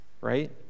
Right